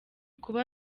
kuba